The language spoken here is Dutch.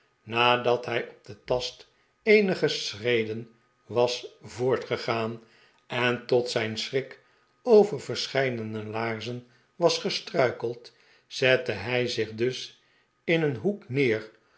nadat hij op den tast eenige schreden was voortgegaan en tot zijn schrik over verscheidene laarzeri was gestruikeld zette hij zich dus in een hoek neer